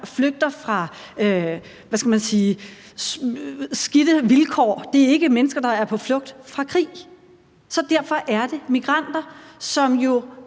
flygter fra skidte vilkår; det er ikke mennesker, der er på flugt fra krig. Så derfor er det migranter, som jo